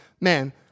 man